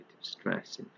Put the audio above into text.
stress